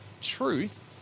truth